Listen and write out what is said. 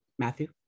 Matthew